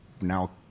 now